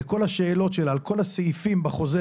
לכל השאלות שלה על כל הסעיפים בחוזר,